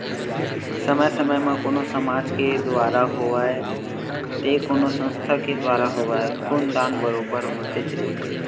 समे समे म कोनो समाज के दुवारा होवय ते कोनो संस्था के दुवारा होवय खून दान बरोबर होतेच रहिथे